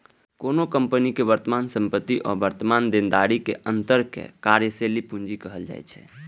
कोनो कंपनी के वर्तमान संपत्ति आ वर्तमान देनदारी के अंतर कें कार्यशील पूंजी कहल जाइ छै